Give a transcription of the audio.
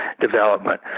development